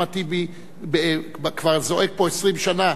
שאחמד טיבי כבר זועק פה 20 שנה,